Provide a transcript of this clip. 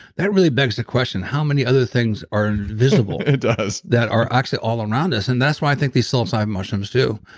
that really begs the question how many other things are visibledave asprey it does. that, are actually all around us? and that's why i think these psilocybin mushrooms do.